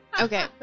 Okay